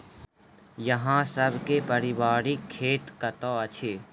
अहाँ सब के पारिवारिक खेत कतौ अछि?